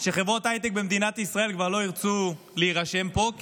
שחברות הייטק במדינת ישראל כבר לא ירצו להירשם פה,